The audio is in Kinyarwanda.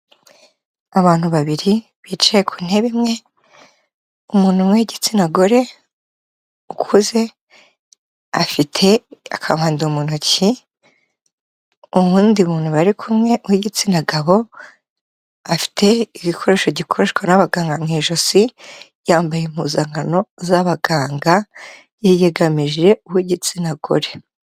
Abantu babiri bicaye ku ntebe imwe, umuntu umwe w'igitsina gore ukuze, afite akabando mu ntoki, uwundi muntu bari kumwe w'igitsina gabo afite igikoresho gikoreshwa n'abaganga mu ijosi, yambaye impuzankano z'abaganga, yiyegamije uw'igitsina gore.